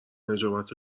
نجابت